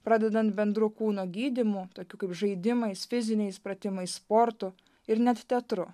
pradedant bendru kūno gydymu tokiu kaip žaidimais fiziniais pratimais sportu ir net teatru